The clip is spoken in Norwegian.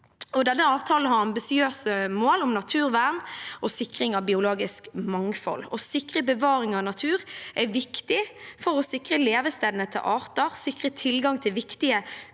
avtalen har ambisiøse mål om naturvern og sikring av biologisk mangfold. Å sikre bevaring av natur er viktig for å sikre levestedene til arter, sikre tilgang til viktige